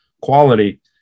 quality